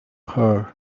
her